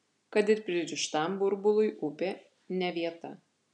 kad ir pririštam burbului upė ne vieta